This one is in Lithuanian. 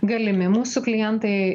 galimi mūsų klientai